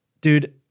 dude